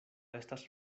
estas